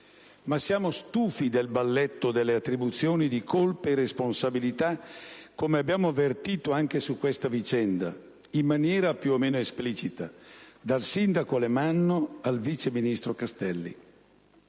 Siamo stufi, però, del balletto delle attribuzioni di colpe e responsabilità, come abbiamo avvertito anche su questa vicenda, in maniera più o meno esplicita (dal sindaco Alemanno al vice ministro Castelli).